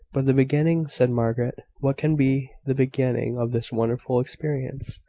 but the beginning, said margaret what can be the beginning of this wonderful experience?